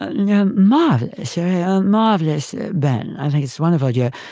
yeah, mom so yeah marvelous. then i think it's wonderful. yeah